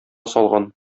салган